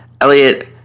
Elliot